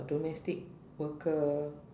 domestic worker